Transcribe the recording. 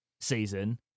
season